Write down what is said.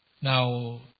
Now